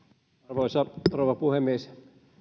arvoisa rouva puhemies